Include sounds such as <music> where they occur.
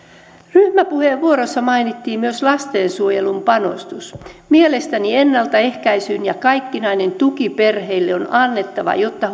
ryhmäpuheenvuorossa mainittiin myös panostus lastensuojeluun mielestäni tukea ennaltaehkäisyyn ja kaikkinainen tuki perheille on annettava jotta <unintelligible>